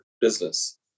business